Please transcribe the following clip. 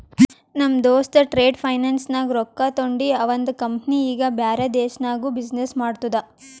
ನಮ್ ದೋಸ್ತ trade finance ನಾಗ್ ರೊಕ್ಕಾ ತೊಂಡಿ ಅವಂದ ಕಂಪನಿ ಈಗ ಬ್ಯಾರೆ ದೇಶನಾಗ್ನು ಬಿಸಿನ್ನೆಸ್ ಮಾಡ್ತುದ